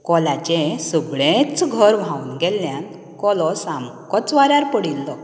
कोल्याचें सगलेंच घर व्हांवून गेल्ल्यान कोलो सामकोच वाऱ्यार पडिल्लो